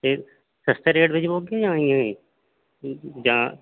अच्छा एह् सस्ते रेट च पौगे जां इंया ई जां